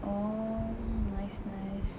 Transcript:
oh nice nice